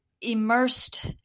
immersed